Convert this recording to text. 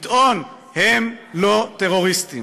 לטעון שהם לא טרוריסטים.